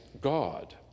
God